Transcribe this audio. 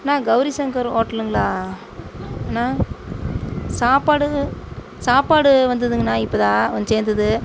அண்ணா கெளரிசங்கர் ஓட்டலுங்களா அண்ணா சாப்பாடு சாப்பாடு வந்ததுங்கண்ணா இப்போ தான் வந்து சேர்ந்தது